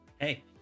hey